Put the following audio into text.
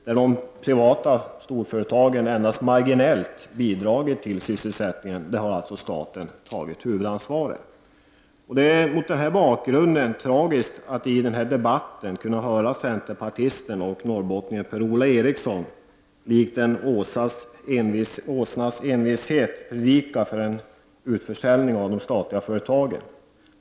Där de privata storföretagen endast marginellt bidragit till sysselsättningen har alltså staten tagit huvudansvaret. Det är mot den bakgrunden tragiskt att i den här debatten höra centerpartisten och norrbottningen Per-Ola Eriksson med:en åsnas envishet predika för en utförsäljning av de statliga företagen.